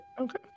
Okay